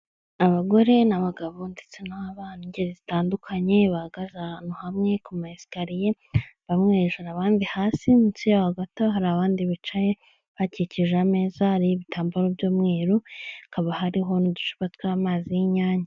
Abagore n'abagabo ndetse n'abantu b'ingeri zitandukanye, bahagaze ahantu hamwe ku masikariye, bamwe hejuru abandi hasi, munsi yaho gato hakaba hari abandi bicaye bakikije ameza, hariho ibitambaro by'umweru, hakaba hariho n'uducupa tw'amazi y'inyange.